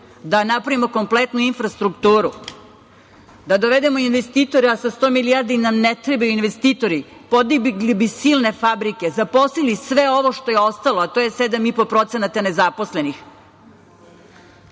da napravimo kompletnu infrastrukturu, da dovedemo investitora, a sa 100 milijardi nam ne trebaju investitori. Podigli bi silne fabrike, zaposlili sve ovo što je ostalo, a to je 7,5% nezaposlenih.